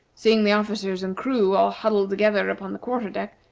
seeing the officers and crew all huddled together upon the quarter-deck,